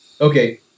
Okay